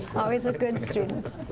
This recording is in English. always the good students.